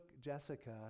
Jessica